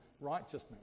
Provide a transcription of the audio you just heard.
righteousness